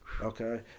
okay